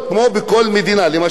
לדוגמה עובדי המכרות,